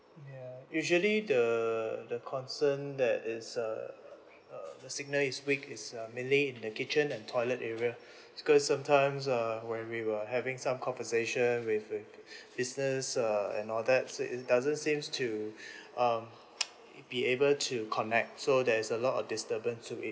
ya usually the the concern that it's err err the signal is weak uh mainly in the kitchen and toilet area because sometimes err when we were having some conversation with with business uh and all that so it doesn't seems to um be able to connect so there is a lot of disturbance to it